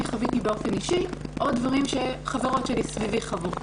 חוויתי באופן אישי או דברים שחברות שלי סביבי חוו.